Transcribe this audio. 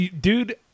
dude